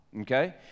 Okay